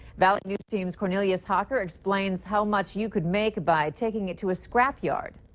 valley news team's cornelius hocker explains how much you could make by taking it to a scrap yard.